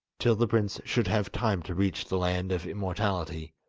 till the prince should have time to reach the land of immortality.